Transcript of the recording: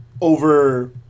over